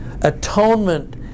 atonement